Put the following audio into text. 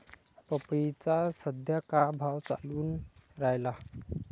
पपईचा सद्या का भाव चालून रायला?